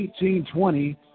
1820